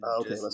Okay